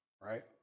right